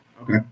Okay